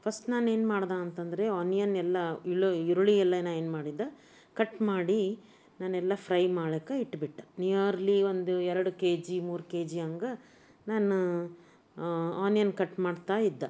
first ನಾನೇನು ಮಾಡ್ದೆ ಅಂತ ಅಂದ್ರೆ ಆನಿಯನ್ ಎಲ್ಲ ಈಳು ಈರುಳ್ಳಿ ಎಲ್ಲ ನಾನು ಏನು ಮಾಡಿದ್ದೆ ಕಟ್ ಮಾಡಿ ನಾನೆಲ್ಲ ಫ್ರೈ ಮಾಡೋಕೆ ಇಟ್ಬಿಟ್ಟು ನಿಯರ್ಲಿ ಒಂದು ಎರಡು ಕೆ ಜಿ ಮೂರು ಕೆ ಜಿ ಹಂಗೆ ನಾನು ಆನಿಯನ್ ಕಟ್ ಮಾಡ್ತಾಯಿದ್ದೆ